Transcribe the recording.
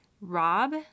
Rob